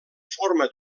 forma